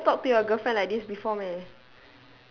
you never talk to you girlfriend like this before meh